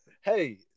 Hey